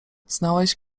znałeś